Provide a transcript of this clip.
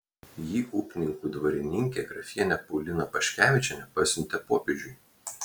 jį upninkų dvarininkė grafienė paulina paškevičienė pasiuntė popiežiui